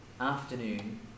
afternoon